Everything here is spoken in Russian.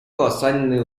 колоссальные